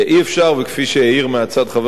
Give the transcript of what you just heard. וכפי שהעיר מהצד חבר הכנסת חסון,